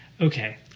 okay